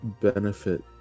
benefit